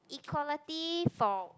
equality for